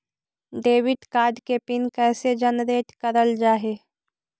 Debit card के pin कैसे generate करल जाहै?